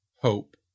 HOPE